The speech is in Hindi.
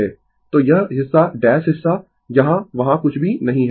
तो यह हिस्सा डैश हिस्सा यहाँ वहां कुछ भी नहीं है